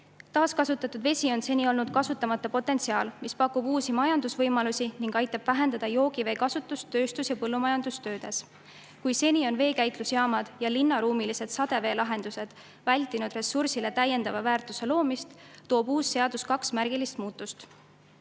Taaskasutatud vesi on seni olnud kasutamata potentsiaal, mis pakub uusi majandusvõimalusi ning aitab vähendada joogivee kasutust tööstus- ja põllumajandustöödes. Seni on veekäitlusjaamad ja linnaruumilised sademeveelahendused vältinud ressursile täiendava väärtuse loomist, uus seadus aga toob kaks märgilist muutust.